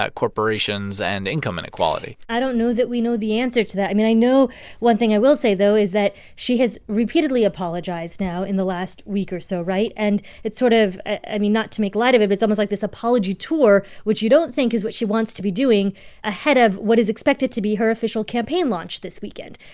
ah corporations and income inequality? i don't know that we know the answer to that. i mean, i know one thing i will say, though, is that she has repeatedly apologized now in the last week or so, right? and it's sort of i mean, not to make light of it, but it's almost like this apology tour, which you don't think is what she wants to be doing ahead of what is expected to be her official campaign launch this weekend.